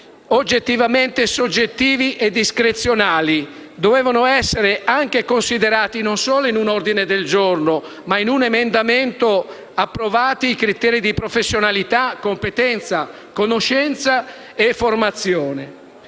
criteri soggetti e discrezionali. Dovevano essere anche considerati, non solo in un ordine del giorno ma in un emendamento, i criteri di professionalità, competenza, conoscenza e formazione.